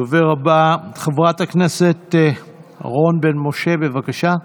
הדוברת הבאה, חברת הכנסת רון בן משה, בבקשה.